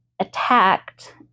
attacked